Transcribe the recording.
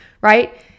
Right